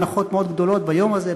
הנחות גדולות מאוד ביום הזה,